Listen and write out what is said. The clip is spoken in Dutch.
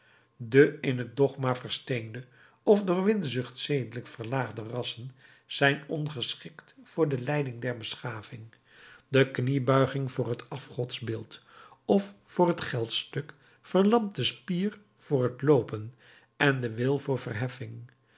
de in het dogma versteende of door winzucht zedelijk verlaagde rassen zijn ongeschikt voor de leiding der beschaving de kniebuiging voor het afgodsbeeld of voor het geldstuk verlamt de spier voor het loopen en den wil voor verheffing